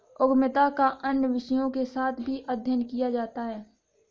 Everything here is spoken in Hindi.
उद्यमिता का अन्य विषयों के साथ भी अध्ययन किया जाता है